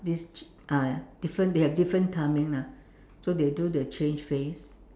this ah different they have different timing lah so they do the change face